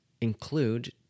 include